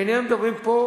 איננו מדברים פה,